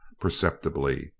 perceptibly